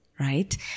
Right